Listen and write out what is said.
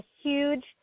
huge